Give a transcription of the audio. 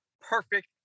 perfect